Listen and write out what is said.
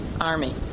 army